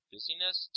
Busyness